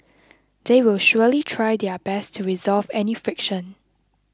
they will surely try their best to resolve any friction